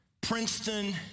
Princeton